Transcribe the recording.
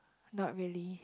not really